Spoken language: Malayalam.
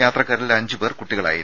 യാത്രക്കാരിൽ അഞ്ചു പേർ കുട്ടികളായിരുന്നു